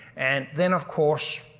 and then of course,